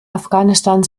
afghanistan